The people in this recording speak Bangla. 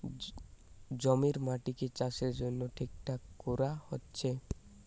জমির মাটিকে চাষের জন্যে ঠিকঠাক কোরা হচ্ছে